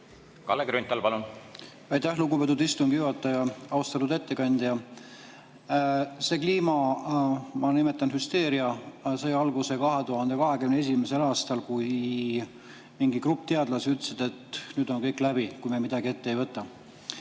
Kalle Grünthal, palun! Aitäh, lugupeetud istungi juhataja! Austatud ettekandja! See kliima-, ma nimetan seda nii, ‑hüsteeria sai alguse 2021. aastal, kui mingi grupp teadlasi ütles, et nüüd on kõik läbi, kui me midagi ette ei võta.